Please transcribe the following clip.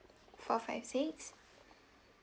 four five six